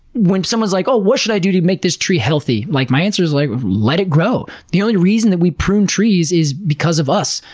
when someone's like, what should i do to make this tree healthy? like my answer's like, let it grow. the only reason that we prune trees is because of us.